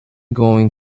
going